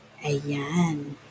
Ayan